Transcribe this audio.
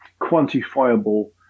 quantifiable